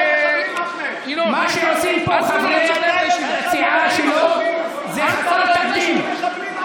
מה שעושים פה חברי הסיעה שלו זה חסר תקדים.